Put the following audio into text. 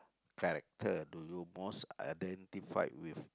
character do you most identified with